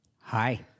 Hi